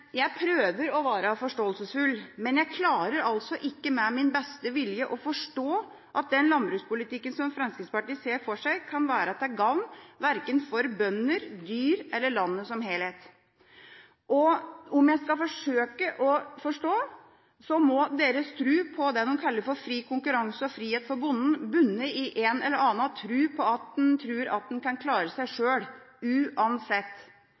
Jeg prøver å være forståelsesfull, men jeg klarer altså ikke med min beste vilje å forstå at den landbrukspolitikken som Fremskrittspartiet ser for seg, kan være til gagn for verken bønder, dyr eller landet som helhet. Om jeg skal forsøke å forstå, så må deres tro på det de kaller «fri konkurranse» og «frihet for bonden» bunne i en eller annen tro på at en klarer seg selv – uansett.